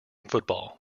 football